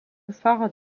phare